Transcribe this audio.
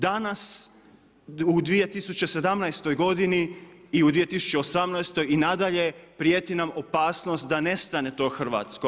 Danas u 2017. godini i u 2018. i nadalje prijeti nam opasnost da nestane to hrvatsko.